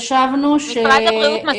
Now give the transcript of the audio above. חוץ, של כל דברים האלה, יהיה אפשר כבר עכשיו.